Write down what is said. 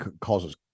causes